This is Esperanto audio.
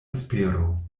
espero